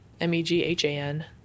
M-E-G-H-A-N